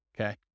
Okay